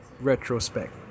retrospect